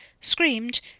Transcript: screamed